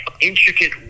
intricate